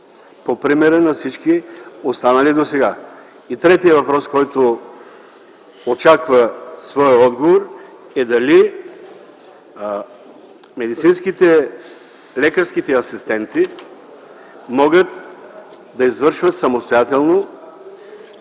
по примера на всички останали досега? Третият въпрос, който очаква своя отговор, е: дали лекарските асистенти могат да извършват самостоятелно